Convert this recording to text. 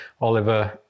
oliver